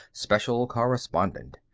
special correspondent.